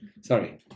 Sorry